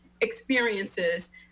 experiences